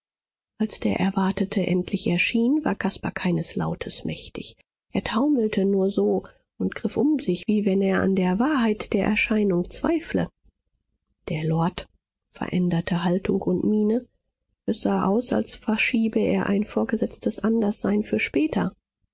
als der erwartete endlich erschien war caspar keines lautes mächtig er taumelte nur so und griff um sich wie wenn er an der wahrheit der erscheinung zweifle der lord veränderte haltung und miene es sah aus als verschiebe er ein vorgesetztes anderssein für später